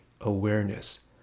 awareness